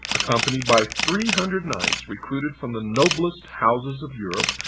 accompanied by three hundred knights, recruited from the noblest houses of europe,